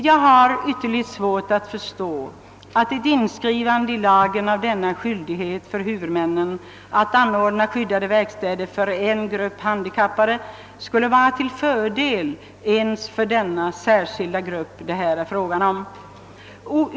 Jag har ytterligt svårt att förstå att ett inskrivande av skyldighet i lagen att anordna skyddade verkstäder för en grupp handikappade skulle vara till fördel ens för dessa handikappade själva.